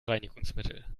reinigungsmittel